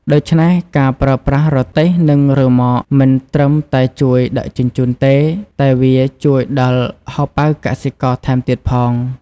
ដូច្នេះ ការប្រើប្រាស់រទេះ និងរ៉ឺម៉កមិនត្រឹមតែជួយដឹកជញ្ជូនទេ តែវាជួយដល់ហោប៉ៅកសិករថែមទៀតផង។